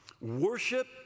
Worship